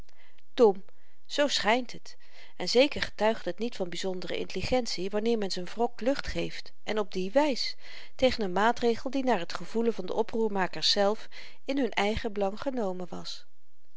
dom zoo schynt het en zeker getuigt het niet van byzondere intelligentie wanneer men z'n wrok lucht geeft en op die wys tegen een maatregel die naar t gevoelen van de oproermakers zelf in hun eigen belang genomen was